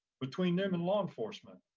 between them and law enforcement.